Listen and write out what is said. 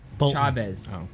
Chavez